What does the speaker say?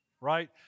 right